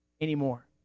anymore